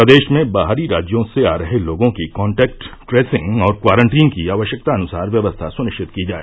प्रदेश में बाहरी राज्यों से आ रहे लोगों की कॉन्टेक्ट ट्रेसिंग और क्वारंटीन की आवश्यकतानुसार व्यक्स्था सुनिश्चित की जाए